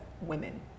women